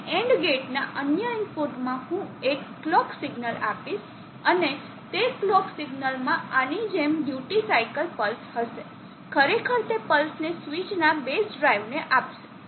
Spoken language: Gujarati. અને AND ગેટના અન્ય ઇનપુટમાં હું એક કલોક સિગ્નલ આપીશ અને તે કલોક સિગ્નલ માં આની જેમ ડ્યુટી સાયકલ પલ્સ હશે ખરેખર તે પલ્સને સ્વીચના બેઝ ડ્રાઇવને અપાશે